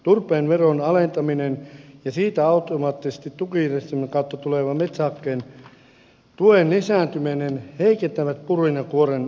turpeen veron alentaminen ja siitä automaattisesti tukijärjestelmän kautta tuleva metsähakkeen tuen lisääntyminen heikentävät purun ja kuoren markkina asemaa